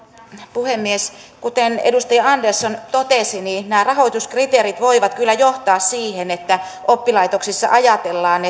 puhemies kuten edustaja andersson totesi nämä rahoituskriteerit voivat kyllä johtaa siihen että oppilaitoksissa ajatellaan